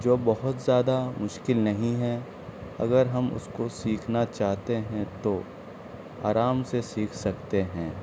جو بہت زیادہ مشکل نہیں ہے اگر ہم اس کو سیکھنا چاہتے ہیں تو آرام سے سیکھ سکتے ہیں